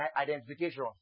identification